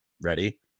Ready